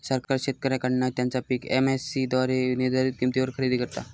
सरकार शेतकऱ्यांकडना त्यांचा पीक एम.एस.सी द्वारे निर्धारीत किंमतीवर खरेदी करता